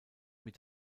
mit